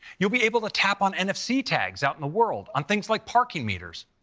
you'll be able to tap on nfc tags out in the world, on things like parking meters.